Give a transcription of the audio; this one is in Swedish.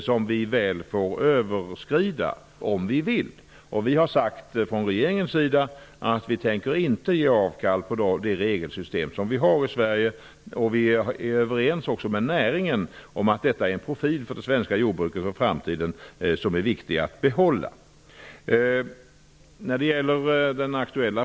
Dem får vi överskrida om vi från regeringens sida säger att vi inte tänker ge avkall på det regelsystem som vi har i Sverige och vi också är överens med näringen om att detta är en profil för de svenska jordbruken och framtiden som är viktig att behålla.